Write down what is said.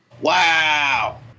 Wow